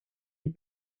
had